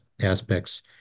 aspects